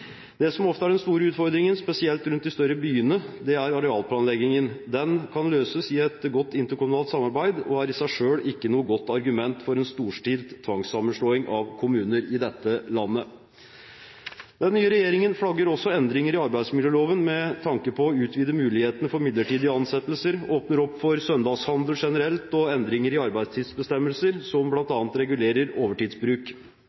Det som ofte er den store utfordringen, spesielt rundt de større byene, er arealplanleggingen. Den kan løses i et godt interkommunalt samarbeid og er i seg selv ikke noe godt argument for en storstilt tvangssammenslåing av kommuner i dette landet. Den nye regjeringen flagger også endringer i arbeidsmiljøloven, med tanke på å utvide mulighetene for midlertidige ansettelser, åpne opp for søndagshandel generelt og for endringer i arbeidstidsbestemmelser som